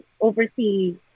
oversee